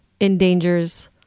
endangers